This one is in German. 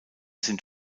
sind